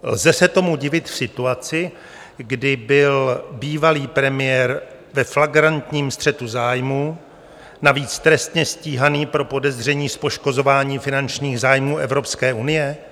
Lze se tomu divit v situaci, kdy byl bývalý premiér ve flagrantním střetu zájmů, navíc trestně stíhaný pro podezření z poškozování finančních zájmů Evropské unie?